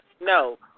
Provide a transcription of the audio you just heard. No